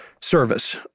service